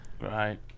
Right